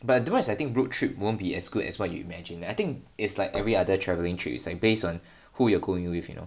but otherwise I think road trip won't be as good as what you imagine leh I think is like every other travelling trips like based on who you're going with you know